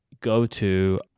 go-to